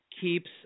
keeps